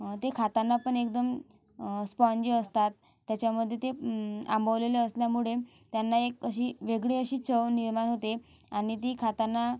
ते खाताना पण एकदम स्पॉन्जी असतात त्याच्यामध्ये ते आंबवलेलं असल्यामुळे त्यांना एक अशी वेगळी अशी चव निर्माण होते आणि ती खाताना